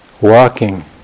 walking